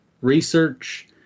research